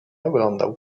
oglądał